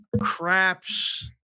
craps